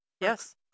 Yes